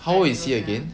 how old is he again